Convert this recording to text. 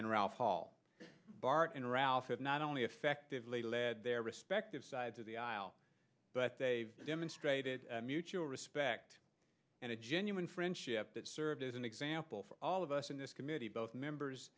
and ralph hall barton ralph not only effectively lead their respective sides of the aisle but they demonstrated mutual respect and a genuine friendship that served as an example for all of us in this community both members